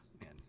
man